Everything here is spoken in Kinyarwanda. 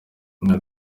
yagize